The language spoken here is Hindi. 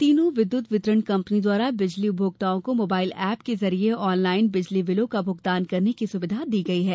तीनों विद्युत वितरण कंपनी द्वारा बिजली उपभोक्ताओं को मोबाइल एप के जरिए ऑनलाइन बिजली बिलों का भुगतान करने की सुविधा दी गई है